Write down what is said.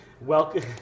Welcome